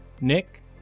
Nick